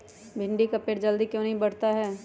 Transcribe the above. भिंडी का पेड़ जल्दी क्यों नहीं बढ़ता हैं?